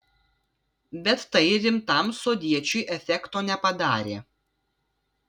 bet tai rimtam sodiečiui efekto nepadarė